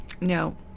No